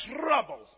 trouble